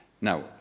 now